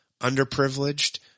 underprivileged